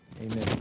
Amen